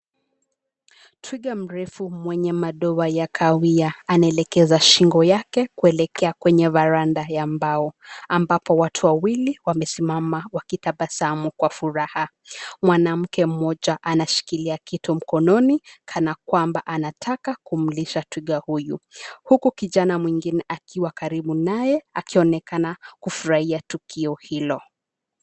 Twiga mrefu mwenye madoa ya kahawia anaelekeza shingo yake kuelekea kwenye veranda ya mbao ambapo watu wawili wamesimama wakitabasamu kwa furaha. Mwanamke mmoja anashikilia kitu mkononi kana kwamba anataka kumlisha twiga huyu huku kijana mwingine akiwa karibu naye akionekana kufurahia tukio hilo.